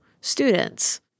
students